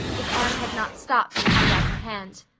if anne had not stopped and held out her hand.